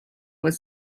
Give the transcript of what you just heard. was